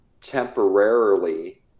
temporarily